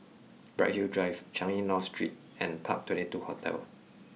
Bright Hill Drive Changi North Street and Park twenty two Hotel